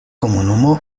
komunumo